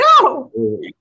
No